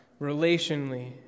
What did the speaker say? relationally